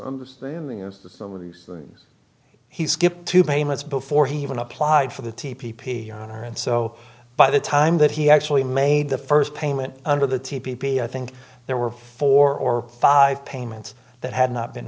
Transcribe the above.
understanding as to some of these things he skipped two payments before he even applied for the t p p on her and so by the time that he actually made the first payment under the t p i think there were four or five payments that had not been